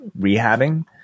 rehabbing